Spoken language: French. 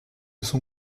son